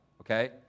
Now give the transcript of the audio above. Okay